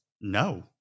no